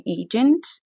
agent